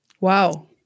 Wow